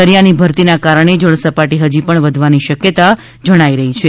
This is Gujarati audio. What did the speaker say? દરિયાની ભરતીના કારણે જળસપાટી હજી પણ વધવાની શકયતા જણાઇ રહી છે